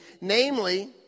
namely